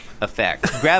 effect